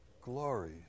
Glory